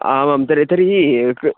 आमाम् तर्हि तर्हि क्